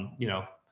you know,